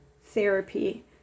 therapy